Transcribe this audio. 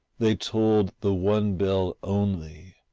they tolled the one bell only,